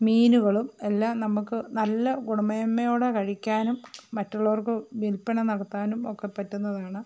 മീനുകളും എല്ലാം നമ്മള്ക്ക് നല്ല ഗുണമേന്മയോടെ കഴിക്കാനും മറ്റുള്ളവർക്ക് വില്പന നടത്താനും ഒക്കെ പറ്റുന്നതാണ്